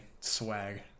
swag